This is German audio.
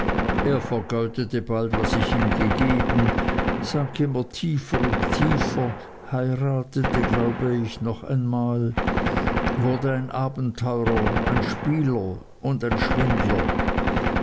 er vergeudete bald was ich ihm gegeben sank immer tiefer und tiefer heiratete glaube ich noch einmal wurde ein abenteurer ein spieler und ein schwindler